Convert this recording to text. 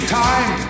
time